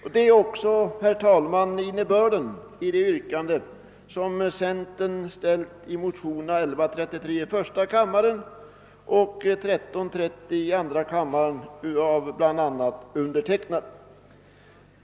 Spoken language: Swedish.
Detta är också innebörden i det yrkande som ställts från centerhåll i motionsparet I:1133 och II: 1330, den senare undertecknad av bl.a. mig själv.